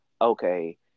okay